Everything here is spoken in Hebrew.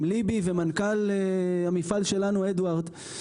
עם ליבי ומנכ"ל המפעל שלנו אדוארד.